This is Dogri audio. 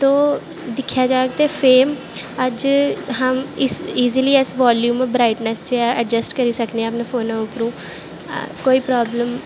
तो दिक्खेआ जाह्ग ते फेम अज्ज हम इस ईजली अस बाल्यूम ब्राईटनैस्स जो ऐ अडजैस्ट करी सकने आं अपने फोनै उप्परों कोई प्राब्लम